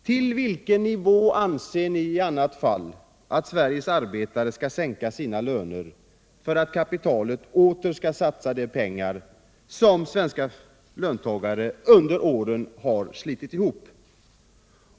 Till vilken nivå anser ni att Sveriges arbetare skall sänka sina löner för att kapitalet åter skall satsa de pengar som svenska löntagare under åren har slitit ihop?